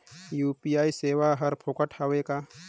UPI सेवाएं हर फोकट हवय का?